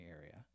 area